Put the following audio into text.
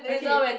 okay